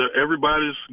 everybody's